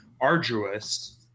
arduous